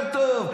יותר טוב.